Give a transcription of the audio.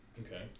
Okay